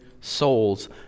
souls